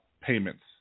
payments